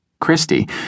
Christy